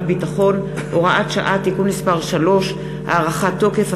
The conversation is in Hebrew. ביטחון) (הוראת שעה) (תיקון מס' 3) (הארכת תוקף),